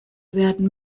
werden